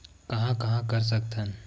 कहां कहां कर सकथन?